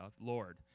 Lord